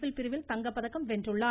பிள் பிரிவில் தங்கப்பதக்கம் வென்றுள்ளார்